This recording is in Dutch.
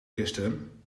gisteren